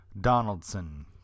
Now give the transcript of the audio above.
Donaldson